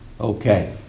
Okay